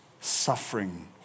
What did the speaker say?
suffering